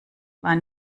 war